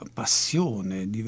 passione